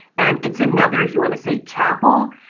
and it's another if you want to say chapel,